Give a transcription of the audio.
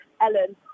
Ellen